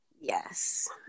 yes